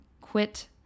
quit